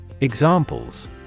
Examples